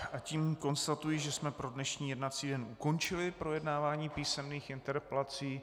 A tím konstatuji, že jsme pro dnešní jednací den ukončili projednávání písemných interpelací.